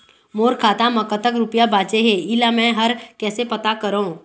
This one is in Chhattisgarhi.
मोर खाता म कतक रुपया बांचे हे, इला मैं हर कैसे पता करों?